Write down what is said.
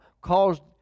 caused